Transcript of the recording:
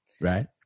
Right